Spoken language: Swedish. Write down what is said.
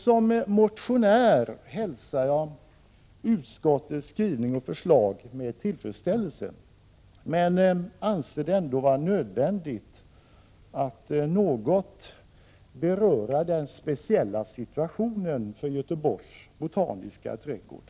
Som motionär hälsar jag utskottets skrivning och förslag med tillfredsställelse men anser det ändå vara nödvändigt att något beröra den speciella situation som gäller för Göteborgs botaniska trädgård.